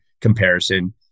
comparison